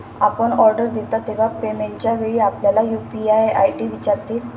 आपण ऑर्डर देता तेव्हा पेमेंटच्या वेळी आपल्याला यू.पी.आय आय.डी विचारतील